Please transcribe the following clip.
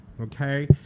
okay